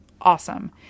awesome